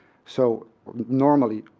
so normally,